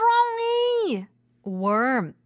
Worm